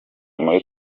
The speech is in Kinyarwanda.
muri